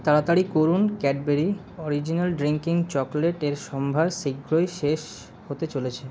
তাড়াতাড়ি করুন Cadbury original drinking চকোলেটের সম্ভার শীঘ্রই শেষ হতে চলেছে